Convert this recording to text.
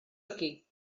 aquí